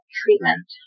treatment